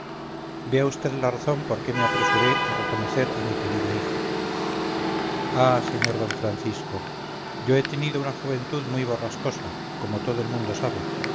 vea vd la razón por qué me apresuré a reconocer a mi querida hija ah sr d francisco yo he tenido una juventud muy borrascosa como todo el mundo sabe